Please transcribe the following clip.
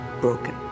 broken